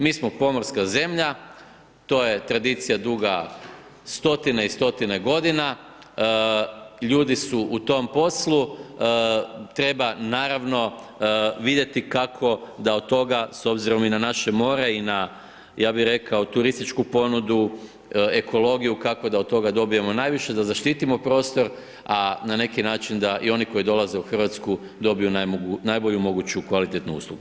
Mi smo pomorska zemlja to je tradicija duga stotine i stotine godina, ljudi su u tom poslu, treba naravno vidjeti kako da od toga, s obzirom i na naše more i na ja bi rekao turističku ponudu, ekologiju kako da od toga dobijemo najviše da zaštitimo prostor, a ne neki način da i oni koji dolaze u Hrvatsku dobiju najbolju moguću kvalitetnu uslugu.